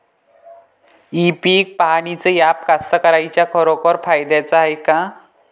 इ पीक पहानीचं ॲप कास्तकाराइच्या खरोखर फायद्याचं हाये का?